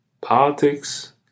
politics